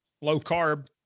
low-carb